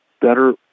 better